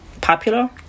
popular